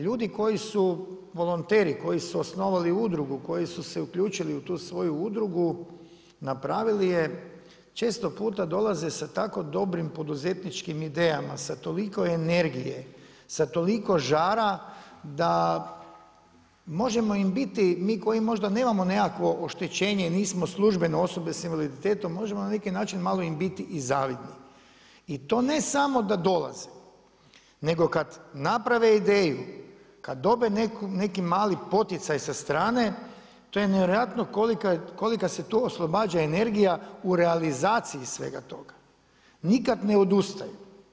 Ljudi koji su volonteri, koji su osnovali udrugu, koji su se uključili u tu svoju udrugu, napravili je često puta, dolaze sa tako dobrim poduzetničkim idejama, sa toliko energije, sa žara da možemo im biti mi koji možda nemamo neko oštećene i nismo službeno osobe s invaliditetom možemo na neki način malo im biti i zavidni i to samo da dolaze nego kada naprave ideju, kada dobe neki mali poticaj sa strane to je nevjerojatno kolika se tu oslobađa energija u realizaciji svega toga, nikad ne odustaju.